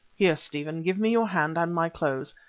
here, stephen, give me your hand and my clothes,